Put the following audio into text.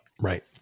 right